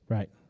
Right